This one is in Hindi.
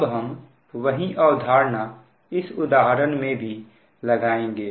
अब हम वही अवधारणा इस उदाहरण में भी लगाएंगे